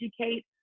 educate